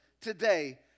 today